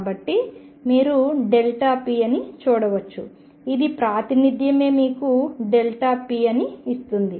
కాబట్టి మీరు p అని చూడవచ్చు ఇది ప్రాతినిధ్యమే మీకు p అని ఇస్తుంది